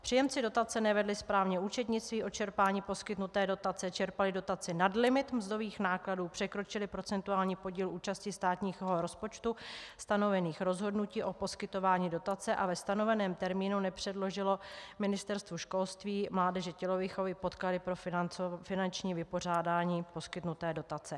Příjemci dotace nevedli správně účetnictví, o čerpání poskytnuté dotace, čerpali dotaci nad limit mzdových nákladů, překročili procentuální podíl účastí státního rozpočtu stanovených v rozhodnutí o poskytování dotace a ve stanoveném termínu nepředložilo Ministerstvo školství, mládeže a tělovýchovy podklady pro finanční vypořádání poskytnuté dotace.